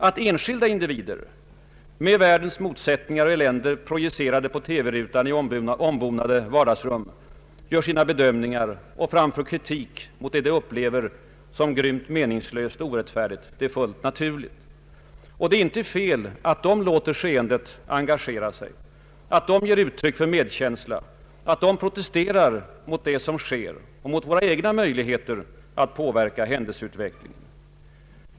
Att enskilda individer, med världens motsättningar och elände projicerade på TV-rutan i ombonade vardagsrum, gör sina bedömningar och framför kritik mot det de upplever som grymt meningslöst och orättfärdigt är naturligt. Det är inte fel att de låter skeendet engagera sig, att de ger uttryck för medkänsla, att de protesterar mot det som sker och våra egna möjligheter att påverka händelseutvecklingen.